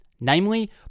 Namely